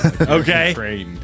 Okay